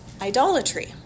idolatry